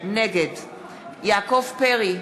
נגד יעקב פרי,